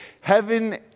Heaven